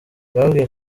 yababwiye